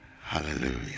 Hallelujah